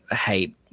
hate